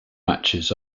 matches